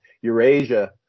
eurasia